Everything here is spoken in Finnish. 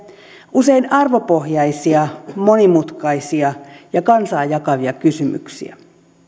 usein arvopohjaisia monimutkaisia ja kansaa jakavia kysymyksiä